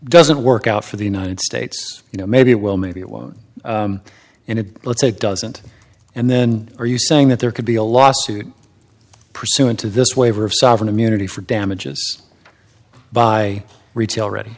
doesn't work out for the united states you know maybe it will maybe it won't and it doesn't and then are you saying that there could be a lawsuit pursuant to this waiver of sovereign immunity for damages buy retail r